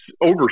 over